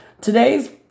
Today's